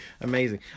Amazing